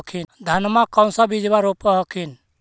धनमा कौन सा बिजबा रोप हखिन?